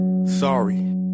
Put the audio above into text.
Sorry